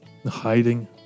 Hiding